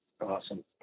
Awesome